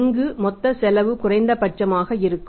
எங்கு மொத்த செலவு குறைந்தபட்சமாக இருக்கும்